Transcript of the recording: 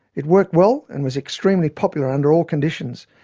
it worked well and was extremely popular under all conditions,